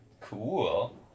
cool